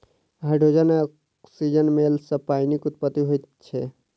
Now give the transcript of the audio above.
hydrogen आ औक्सीजनक मेल सॅ पाइनक उत्पत्ति होइत छै